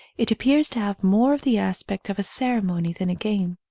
it appears to have more of the aspect of a ceremony than a game.